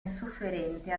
insofferente